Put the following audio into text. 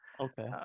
Okay